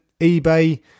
ebay